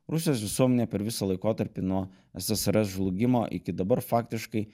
rusijos visuomenė per visą laikotarpį nuo ssrs žlugimo iki dabar faktiškai